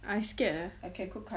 I scared ah